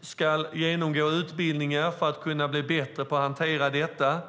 ska genomgå utbildningar för att bli bättre på att hantera detta.